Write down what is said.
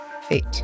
fate